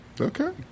Okay